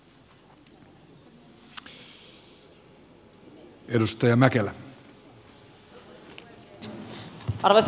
arvoisa puhemies